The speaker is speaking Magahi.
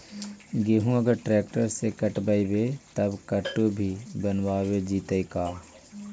गेहूं अगर ट्रैक्टर से कटबइबै तब कटु भी बनाबे जितै का?